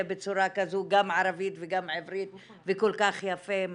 בצורה כזו גם בערבית וגם בעברית ועשוי כל כך יפה.